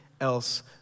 else